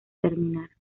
terminar